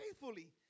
faithfully